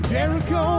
Jericho